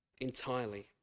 entirely